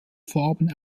farben